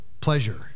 pleasure